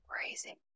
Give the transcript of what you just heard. crazy